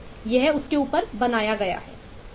यह उस के ऊपर बनाया गया है